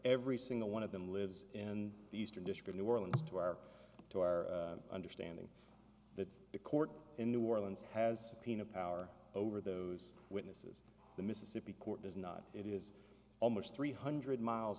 every single one of them lives in the eastern discreet new orleans to our to our understanding that the court in new orleans has been a power over those witnesses the mississippi court does not it is almost three hundred miles